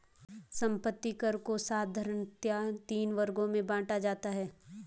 संपत्ति कर को साधारणतया तीन वर्गों में बांटा जाता है